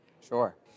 Sure